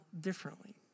differently